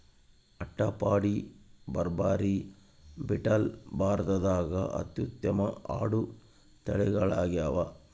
ಅಟ್ಟಪಾಡಿ, ಬಾರ್ಬರಿ, ಬೀಟಲ್ ಭಾರತದಾಗ ಅತ್ಯುತ್ತಮ ಆಡು ತಳಿಗಳಾಗ್ಯಾವ